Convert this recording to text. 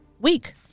week